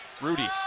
Rudy